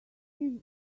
his